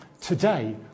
Today